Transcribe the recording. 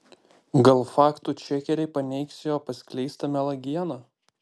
gal faktų čekeriai paneigs jo paskleistą melagieną